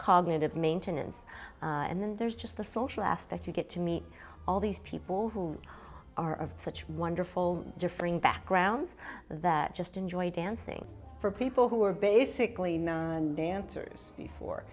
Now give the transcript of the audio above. it maintenance and then there's just the social aspect you get to meet all these people who are of such wonderful differing backgrounds that just enjoy dancing for people who are basically dancers before